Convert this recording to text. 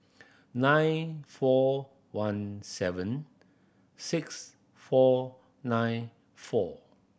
nine four one seven six four nine four